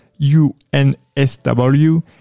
UNSW